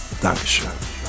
Dankeschön